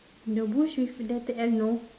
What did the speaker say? the bush with letter L no